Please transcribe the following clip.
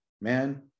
man